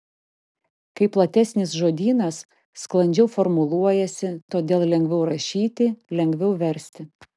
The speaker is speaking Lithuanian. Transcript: kai platesnis žodynas sklandžiau formuluojasi todėl lengviau rašyti lengviau versti